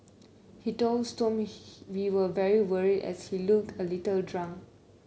he told Stomp we were very worried as he looked a little drunk